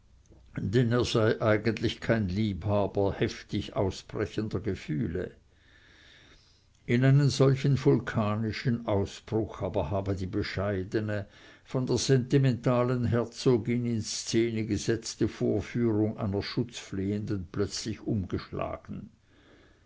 eigentlich kein liebhaber heftig ausbrechender gefühle in einen solchen vulkanischen ausbruch aber habe die bescheidene von der sentimentalen herzogin in szene gesetzte vorführung einer schutzflehenden plötzlich umgeschlagen